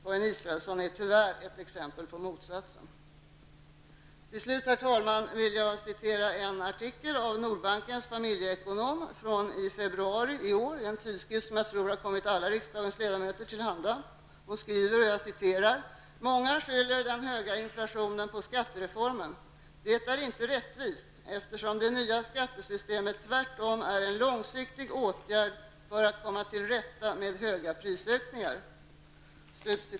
Karin Israelsson är tyvärr ett exempel på motsatsen. Herr talman! Till sist vill jag anföra ett citat ur en tidsskrift som jag tror har kommit alla riksdagens ledamöter till handa. Citatet är ur en artikel från februari i år av Nordbankens familjeekonom. Hon skriver: ''Många skyller den höga inflationen på skattereformen. Det är inte rättvist eftersom det nya skattesystemet tvärtom är en långsiktig åtgärd för att komma till rätta med höga prisökningar''.